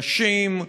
נשים,